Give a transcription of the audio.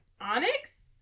Onyx